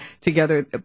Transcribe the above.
together